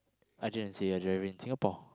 I didn't say I drive in Singapore